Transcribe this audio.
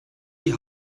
die